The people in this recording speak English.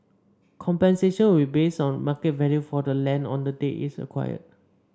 compensation will be based on market value for the land on the date it's acquired